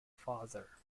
father